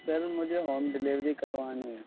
سر مجھے home delivery کروانی ہے